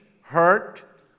hurt